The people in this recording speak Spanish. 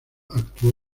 actuó